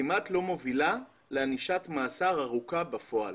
כמעט לא מובילה לענישת מאסר ארוכה בפועל.